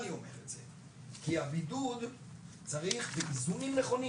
אני אומר אך זה כי הבידוד צריך באיזונים נכונים